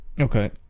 Okay